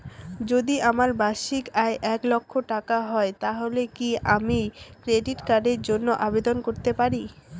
যদি আমার বার্ষিক আয় এক লক্ষ টাকা হয় তাহলে কি আমি ক্রেডিট কার্ডের জন্য আবেদন করতে পারি?